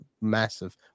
massive